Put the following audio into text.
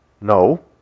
No